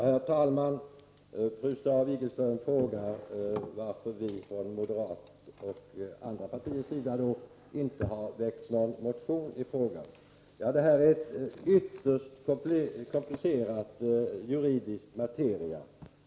Herr talman! Fru Staaf-Igelström frågade varför vi moderater och andra partier inte motionerade i detta ärende. Ja, detta är en ytterst komplicerad juridisk materia.